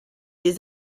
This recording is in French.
des